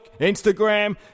Instagram